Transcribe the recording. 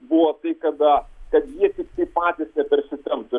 buvo tai kada kad jie tiktai patys nepersitemptų